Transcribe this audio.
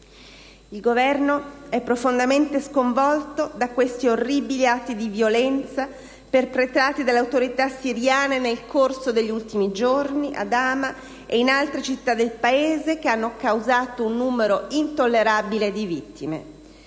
Il Governo è profondamente sconvolto da questi orribili atti di violenza perpetrati dalle autorità siriane nel corso degli ultimi giorni, a Hama e in altre città del Paese, che hanno causato un numero intollerabile di vittime.